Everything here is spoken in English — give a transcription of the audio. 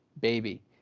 baby